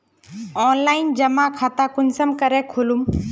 Online जमा खाता कुंसम करे खोलूम?